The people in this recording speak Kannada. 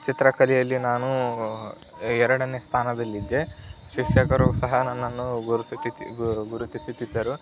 ಚಿತ್ರಕಲೆಯಲ್ಲಿ ನಾನು ಎರಡನೇ ಸ್ಥಾನದಲ್ಲಿದ್ದೆ ಶಿಕ್ಷಕರು ಸಹ ನನ್ನನ್ನು ಗುರುತಿಸುತ್ತಿದ್ದರು